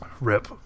Rip